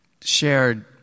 shared